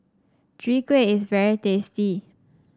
Chwee Kueh is very tasty